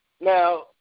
now